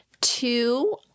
Two